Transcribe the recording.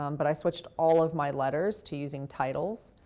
um but i switched all of my letters to using titles,